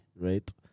right